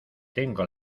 tengo